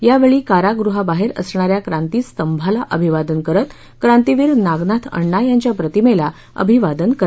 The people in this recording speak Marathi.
यावेळी कारागृहाबाहेर असणाऱ्या क्रांती स्तंभाला अभिवादन करत क्रांतीवीर नागनाथअण्णा यांच्या प्रतिमेला अभिवादन करण्यात आलं